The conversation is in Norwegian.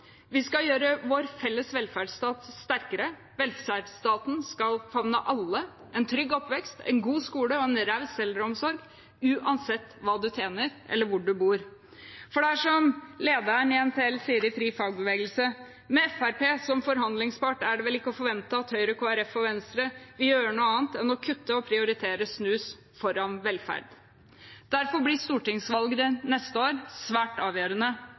Vi skal gjøre vår felles velferdsstat sterkere. Velferdsstaten skal favne alle – en trygg oppvekst, en god skole og en raus eldreomsorg, uansett hva man tjener, eller hvor man bor. For det er som lederen i LO Stat sier til Frifagbevegelse: «Med Frp som forhandlingspart så er det vel ikke å forvente at H, KrF og V vil gjøre noe annet enn å fortsette å kutte, og prioriterer snus foran bedre velferd. Derfor blir stortingsvalget neste år svært avgjørende